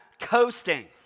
coasting